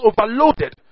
overloaded